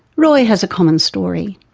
roy has a common story.